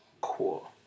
Cool